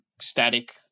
static